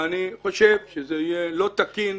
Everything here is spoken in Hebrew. ואני חושב שזה יהיה לא תקין,